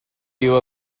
you